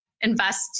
invest